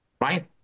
right